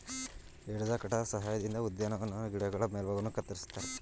edge cutter ಸಹಾಯದಿಂದ ಉದ್ಯಾನವನದ ಗಿಡಗಳ ಮೇಲ್ಭಾಗವನ್ನು ಕತ್ತರಿಸುತ್ತಾರೆ